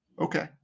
okay